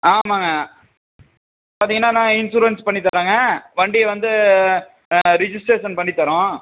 ஆமாங்க பார்த்திங்கன்னா நாங்கள் இன்சூரன்ஸ் பண்ணித்தரோங்க வண்டியை வந்து ரிஜிஸ்ட்ரேஷன் பண்ணித்தரோம்